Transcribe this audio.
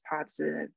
positive